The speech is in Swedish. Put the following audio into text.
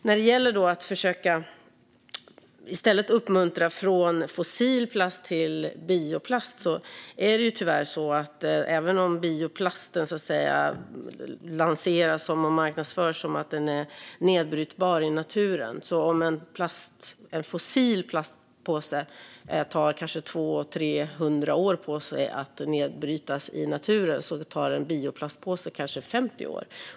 När det gäller att försöka uppmuntra en övergång från fossil plast till bioplast lanseras och marknadsförs bioplasten som att den är nedbrytbar i naturen, men tyvärr är det ju så att även om en fossilplastpåse tar kanske 200-300 år på sig att nedbrytas i naturen tar en bioplastpåse kanske 50 år.